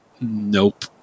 Nope